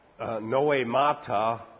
noemata